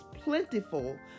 plentiful